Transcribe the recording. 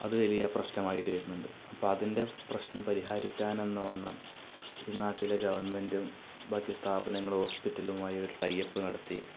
അത് വലിയ പ്രശ്നമായിട്ട് വരുന്നുണ്ട് അപ്പം അതിൻ്റെ പ്രശ്നം പരിഹരിക്കാനെന്ന വണ്ണം ഈ നാട്ടിലെ ഗവൺമെന്റും ബാക്കി സ്ഥാപനങ്ങളും ഹോസ്പിറ്റലുമായി ഒരു ടൈയപ്പ് നടത്തി